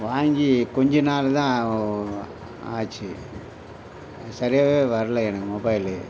வாங்கி கொஞ்சம் நாள் தான் ஆச்சு சரியாகவே வரல எனக்கு மொபைலு